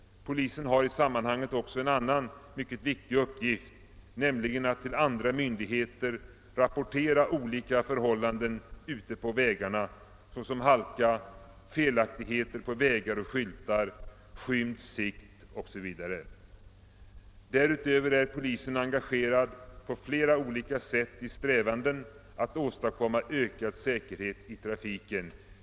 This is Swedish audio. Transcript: Polisen har i sammanhanget också en annan mycket viktig uppgift, nämligen att till andra myndigheter rapportera olika förhållanden ute på vägarna, så Därutöver är polisen engagerad på flera olika sätt i strävanden att åstadkomma ökad säkerhet i trafiken.